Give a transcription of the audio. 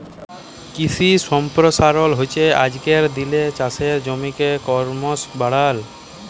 কিশি সম্পরসারল হচ্যে আজকের দিলের চাষের জমিকে করমশ বাড়াল